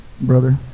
Brother